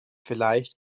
vielleicht